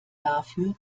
dafür